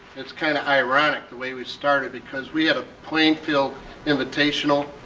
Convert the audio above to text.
it's kind of ironic the way we started because we had a plainfield invitational,